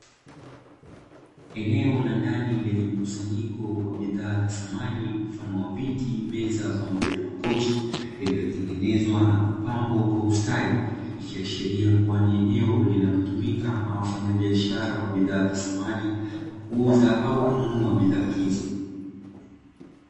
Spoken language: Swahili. Eneo la ndani lenye mkusanyiko wa bidhaa za samani mfano wa: viti, meza pamoja na makochi; yaliyotengenezwa na kupambwa kwa ustadi, ikiashiria kuwa ni eneo linalotumika na wafanyabiashara wa bidhaa za samani kuuza au kununua bidhaa hizo.